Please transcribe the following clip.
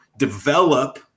develop